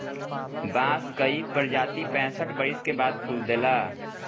बांस कअ कई प्रजाति पैंसठ बरिस के बाद फूल देला